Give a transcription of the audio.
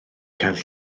cael